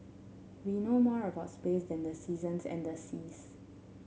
we know more about space than the seasons and the seas